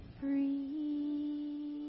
free